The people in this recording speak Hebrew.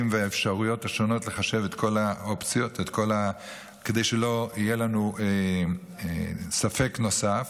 והאפשרויות השונות לחשב את כל האופציות כדי שלא יהיה לנו ספק נוסף.